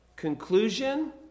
Conclusion